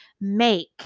make